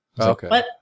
Okay